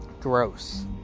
Gross